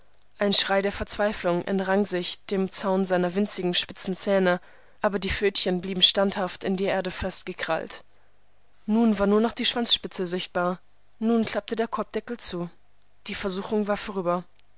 ein schrei der verzweiflung entrang sich dem zaun seiner winzigen spitzen zähne aber die pfötchen blieben standhaft in die erde festgekrallt nun war nur noch die schwanzspitze sichtbar nun klappte der korbdeckel zu die versuchung war vorüber